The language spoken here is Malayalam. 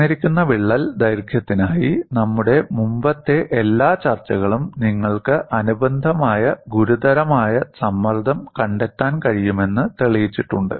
തന്നിരിക്കുന്ന വിള്ളൽ ദൈർഘ്യത്തിനായി നമ്മുടെ മുമ്പത്തെ എല്ലാ ചർച്ചകളും നിങ്ങൾക്ക് അനുബന്ധമായ ഗുരുതരമായ സമ്മർദ്ദം കണ്ടെത്താൻ കഴിയുമെന്ന് തെളിയിച്ചിട്ടുണ്ട്